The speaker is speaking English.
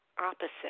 opposite